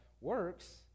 works